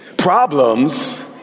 Problems